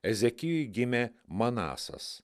ezekijui gimė manasas